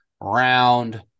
round